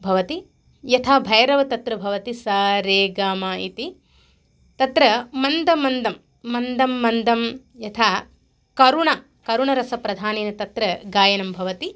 भवति यथा भैरव् तत्र भवति स रे ग म इति तत्र मन्दं मन्दं मन्दं मन्दं यथा करुणा करुणरसप्रधानेन तत्र गायनं भवति